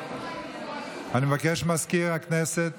אני מבקש ממזכיר הכנסת